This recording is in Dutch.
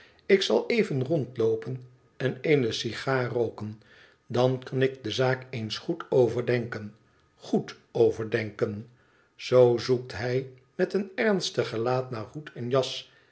ik zal even rondloopen en eene sigaar rooken dan kan ik de zaak eens goed overdenken goed overdenken zoo zoekt hij met een ernstig gelaat naar hoed en jas